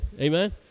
Amen